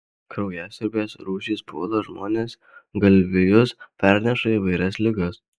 kraujasiurbės rūšys puola žmones galvijus perneša įvairias ligas